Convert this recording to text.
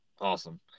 awesome